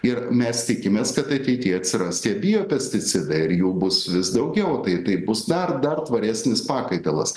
ir mes tikimės kad ateity atsiras tie biopesticidai ir jų bus vis daugiau tai tai bus dar dar tvaresnis pakaitalas